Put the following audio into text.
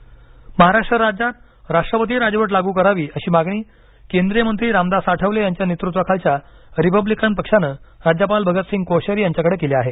Republican Maharashtra राज्यात राष्ट्रपती राजवट लागू करावी अशी मागणी केंद्रीय मंत्री रामदास आठवले यांच्या नेतृत्वाखालच्या रिपब्लिकन पक्षानं राज्यपाल भगतसिंग कोश्यारी यांच्याकडं केली आहे